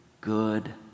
good